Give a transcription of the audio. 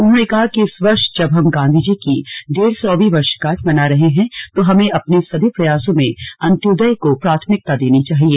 उन्होंने कहा कि इस वर्ष जब हम गांधीजी की डेढ सौवीं वर्षगांठ मना रहे हैं तो हमें अपने सभी प्रयासों में अंत्योदय को प्राथमिकता देनी चाहिए